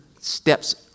steps